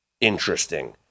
interesting